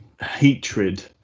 hatred